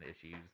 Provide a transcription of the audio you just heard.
issues